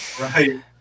Right